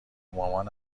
مامان